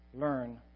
learn